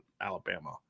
Alabama